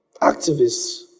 Activists